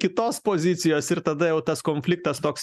kitos pozicijos ir tada jau tas konfliktas toks